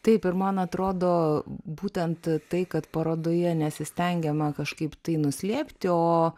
taip ir man atrodo būtent tai kad parodoje nesistengiama kažkaip tai nuslėpti o